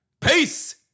Peace